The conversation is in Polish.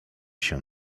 się